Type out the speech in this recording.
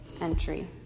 entry